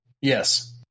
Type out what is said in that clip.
yes